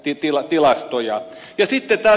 sitten tärkeä asia